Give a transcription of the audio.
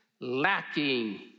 lacking